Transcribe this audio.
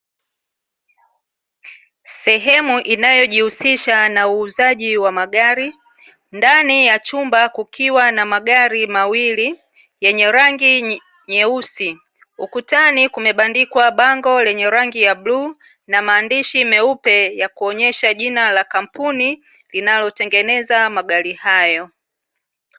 Sehemu inayojihusisha na uuzaji wa magari, ndani ya chumba kukiwa na magari mawili, yenye rangi nyeusi. Ukutani kumebandikwa bango lenye rangi ya bluu na maandishi meupe ya kuonyesha jina la kampuni linalotengeneza magari hayo.